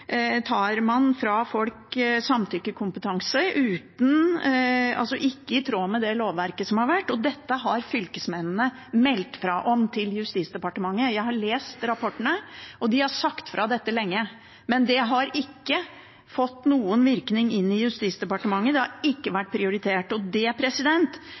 tar man fra folk samtykkekompetanse slik at det ikke er i tråd med det lovverket som har vært. Dette har fylkesmennene meldt fra om til Justisdepartementet, jeg har lest rapportene, og de har sagt fra om dette lenge, men det har ikke fått noen virkning inn i Justisdepartementet, det har ikke vært prioritert. Det